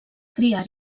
criar